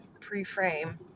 pre-frame